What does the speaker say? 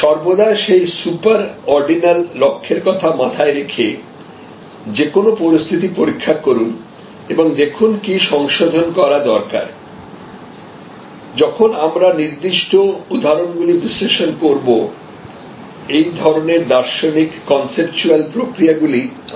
সর্বদা সেই super ordinal লক্ষের কথা মাথায় রেখে যে কোনো পরিস্থিতি পরীক্ষা করুন এবং দেখুন কী সংশোধন করার দরকার যখন আমরা নির্দিষ্ট উদাহরণগুলি বিশ্লেষণ করব এই ধরণের দার্শনিক কনসেপচুয়াল প্রক্রিয়াগুলি আরো স্পষ্ট হয়ে উঠবে